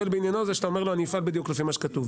בעניינו זה שאתה אומר לו: אני אפעל בדיוק לפי מה שכתוב.